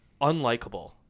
unlikable